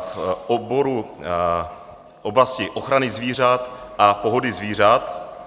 v oboru oblasti ochrany zvířat a pohody zvířat.